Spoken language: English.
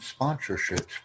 sponsorships